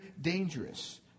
dangerous